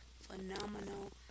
phenomenal